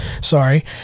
sorry